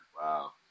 Wow